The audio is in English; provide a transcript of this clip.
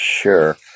Sure